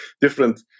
different